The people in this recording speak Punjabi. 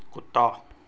ਕੁੱਤਾ